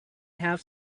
have